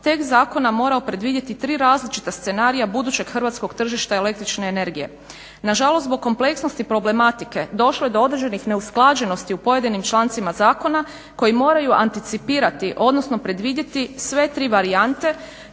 tekst zakona morao predvidjeti tri različita scenarija budućeg hrvatskog tržišta el.energije. Nažalost, zbog kompleksnosti problematike došlo je do određenih neusklađenosti u pojedinim člancima zakona koji moraju antipicirati odnosno predvidjeti sve tri varijante